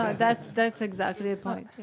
um that's that's exactly the point.